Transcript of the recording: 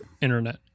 internet